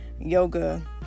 yoga